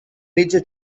mitja